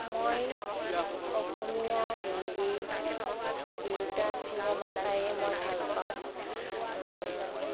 মই অসমীয়া হিন্দী দুয়োটা চিনেমা চাইয়ে মই ভাল পাওঁ